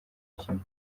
kimwe